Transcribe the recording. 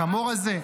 החמור הזה?